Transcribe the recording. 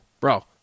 Bro